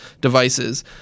devices